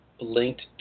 linked